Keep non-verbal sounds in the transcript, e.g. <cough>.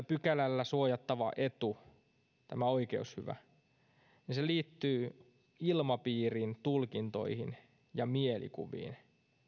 <unintelligible> pykälällä suojattava etu tämä oikeushyvä liittyy ilmapiirin tulkintoihin ja mielikuviin